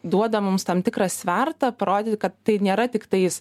duoda mums tam tikrą svertą parodyt kad tai nėra tiktais